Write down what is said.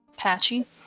patchy